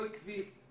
לא עקבית.